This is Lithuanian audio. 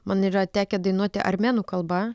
man yra tekę dainuoti armėnų kalba